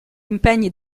impegni